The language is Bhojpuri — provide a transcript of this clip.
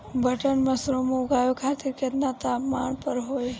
बटन मशरूम उगावे खातिर केतना तापमान पर होई?